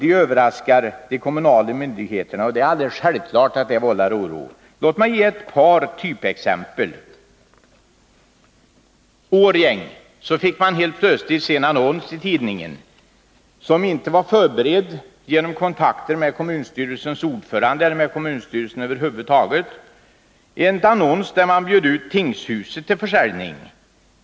Det överraskar de kommunala myndigheterna, och det är alldeles självklart att det vållar oro. Låt mig ta ett par typexempel! I Årjäng fick man helt plötsligt se en annons i tidningen. Saken var inte förberedd genom kontakter med kommunstyrelsens ordförande eller med kommunstyrelsen över huvud taget. I annonsen bjöds tingshuset ut till försäljning.